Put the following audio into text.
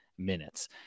minutes